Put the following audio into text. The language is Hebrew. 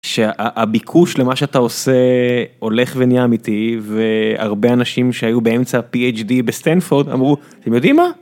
שהביקוש למה שאתה עושה הולך ונהיה אמיתי והרבה אנשים שהיו באמצע phd בסטנפורד, אמרו, אתם יודעים מה.